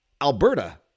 Alberta